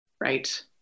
Right